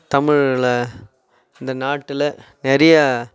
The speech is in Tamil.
தமிழில் இந்த நாட்டில் நிறையா